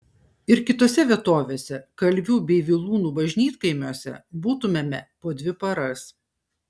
ir kitose vietovėse kalvių bei vilūnų bažnytkaimiuose būtumėme po dvi paras